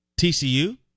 TCU